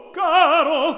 caro